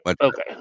Okay